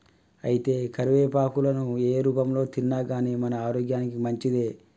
అయితే కరివేపాకులను ఏ రూపంలో తిన్నాగానీ మన ఆరోగ్యానికి మంచిదే